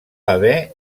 haver